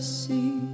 see